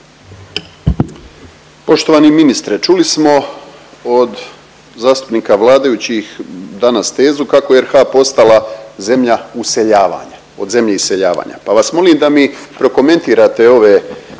Poštovani ministre čuli smo od zastupnika vladajućih danas tezu kako je RH postala zemlja useljavanja, od zemlje iseljavanja, pa vas molim da mi prokomentirate ove